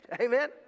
Amen